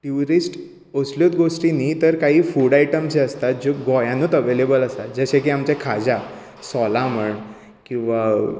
tourist असल्योच गोश्टी न्ही तर कांय फूड आयटम्स जे आसतात जे गोंयानूच अवेलेबल आसा जशें की आमचें खाजा सोलां म्हण किंवां